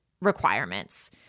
requirements